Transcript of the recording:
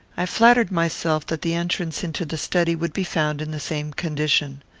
i flattered myself that the entrance into the study would be found in the same condition.